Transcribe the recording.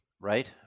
Right